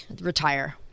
retire